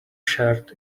shared